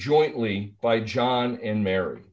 jointly by john and mary